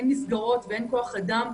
אין מסגרות ואין כוח אדם,